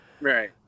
right